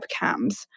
webcams